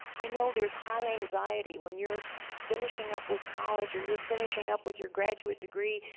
i know there's high anxiety when you're finishing up with college or you're finishing up with your graduate degree,